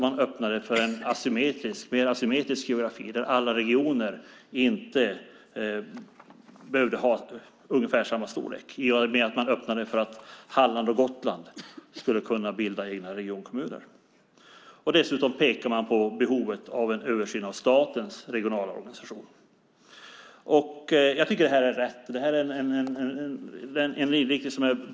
Man öppnade också för en mer asymmetrisk geografi där alla regioner inte behövde ha ungefär samma storlek. Detta gjordes i och med att man öppnade för att Halland och Gotland skulle kunna bilda egna regionkommuner. Dessutom pekar man på behovet av en översyn av statens regionala organisation. Jag tycker att det här är rätt. Det är en bra inriktning.